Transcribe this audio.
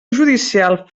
judicial